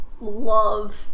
love